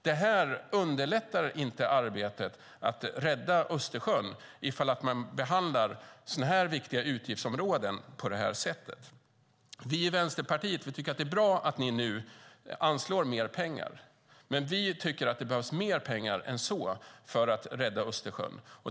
Det underlättar inte arbetet med att rädda Östersjön om man behandlar sådana här viktiga utgiftsområden på det här sättet. Vi i Vänsterpartiet tycker att det är bra att ni nu anslår mer pengar, men vi tycker att det behövs mer pengar än så för att rädda Östersjön.